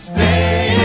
Stay